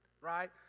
right